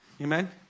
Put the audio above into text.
amen